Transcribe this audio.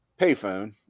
payphone